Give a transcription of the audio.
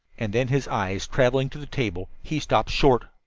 and then, his eyes traveling to the table, he stopped short.